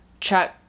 Chuck